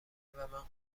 ومن